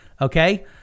okay